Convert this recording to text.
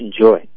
enjoy